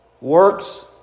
works